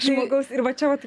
žmogaus ir va čia vat